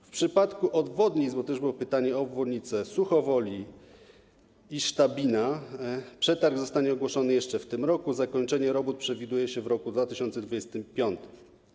W przypadku obwodnic - bo było pytanie o obwodnice - Suchowoli i Sztabina przetarg zostanie ogłoszony jeszcze w tym roku, a zakończenie robót przewiduje się na rok 2025.